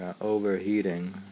overheating